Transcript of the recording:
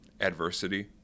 adversity